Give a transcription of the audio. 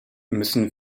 müssen